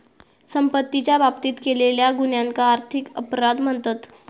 संपत्तीच्या बाबतीत केलेल्या गुन्ह्यांका आर्थिक अपराध म्हणतत